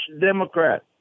Democrat